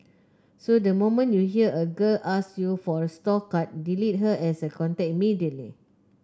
so the moment you hear a girl ask you for a store card delete her as a contact immediately